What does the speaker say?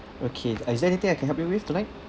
okay is there anything I can help you with tonight